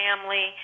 family